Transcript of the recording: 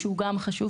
שגם הוא חשוב.